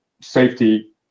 safety